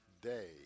day